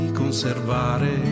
conservare